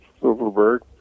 Silverberg